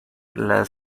las